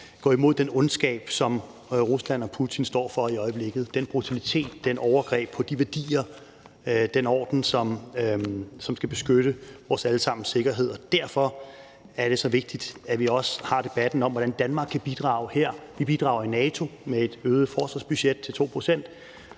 gå imod den ondskab, som Rusland og Putin står for i øjeblikket, den brutalitet, det overgreb på de værdier, den orden, som skal beskytte vores alle sammens sikkerhed, og derfor er det så vigtigt, at vi også har debatten om, hvordan Danmark kan bidrage her. Vi bidrager i NATO med et øget forsvarsbudget på 2 pct.,